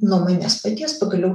nuo manęs paties pagaliau